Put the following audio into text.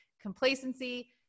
complacency